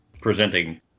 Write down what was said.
presenting